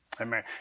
Amen